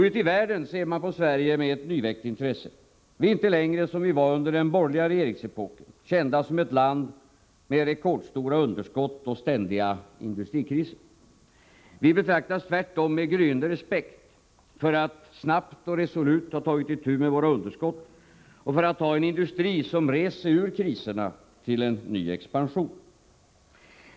Ute i världen ser man på Sverige med ett nyväckt intresse. Vi är inte längre, som vi var under den borgerliga regeringsepoken, kända som ett land med rekordstora underskott och ständiga industrikriser. Vi betraktas tvärtom med gryende respekt för att snabbt och resolut ha tagit itu med våra underskott och för att ha en industri som rest sig ur kriserna till en ny expansion.